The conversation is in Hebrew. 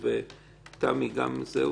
במקרים חריגים שיירשמו,